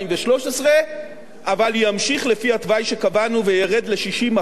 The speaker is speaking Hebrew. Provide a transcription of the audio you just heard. אבל ימשיך לפי התוואי שקבענו וירד ל-60% ב-2020,